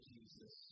Jesus